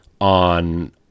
on